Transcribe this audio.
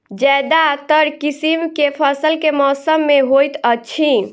ज्यादातर किसिम केँ फसल केँ मौसम मे होइत अछि?